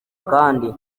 kandi